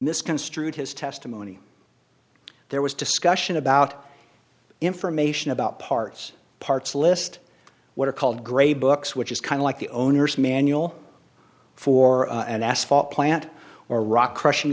misconstrued his testimony there was discussion about information about parts parts list what are called grey books which is kind of like the owner's manual for an asphalt plant or rock crushing